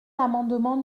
l’amendement